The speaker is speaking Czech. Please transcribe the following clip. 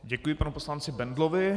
Děkuji panu poslanci Bendlovi.